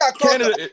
Canada